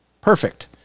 perfect